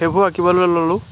সেইবোৰ আঁকিবলৈ ল'লোঁ